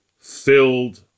filled